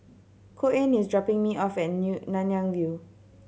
Koen is dropping me off at New Nanyang View